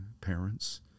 parents